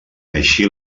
així